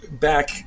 back